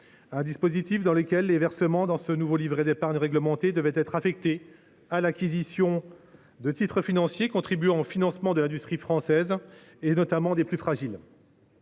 souveraineté ». Les versements sur ce nouveau livret d’épargne réglementé devaient être affectés à l’acquisition de titres financiers contribuant au financement de l’industrie française, notamment des entreprises